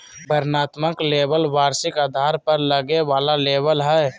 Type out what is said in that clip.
वर्णनात्मक लेबल वार्षिक आधार पर लगे वाला लेबल हइ